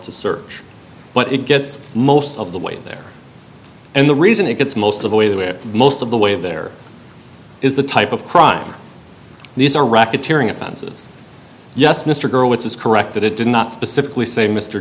to search but it gets most of the way there and the reason it gets most of the way to it most of the way there is the type of crime these are racketeering offenses yes mr gurr which is correct that it did not specifically say mr